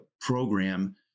program